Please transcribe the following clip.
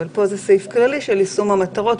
פה זה סעיף כללי של יישום המטרות,